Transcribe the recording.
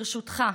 ברשותך,